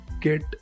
get